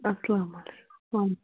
اسلام وعلیکُم وعلیکُم